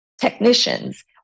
technicians